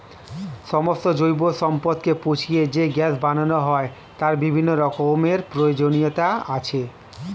সমস্ত জৈব সম্পদকে পচিয়ে যে গ্যাস বানানো হয় তার বিভিন্ন রকমের প্রয়োজনীয়তা আছে